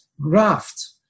Graft